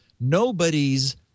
nobody's